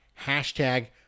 Hashtag